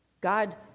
God